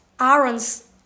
Aaron's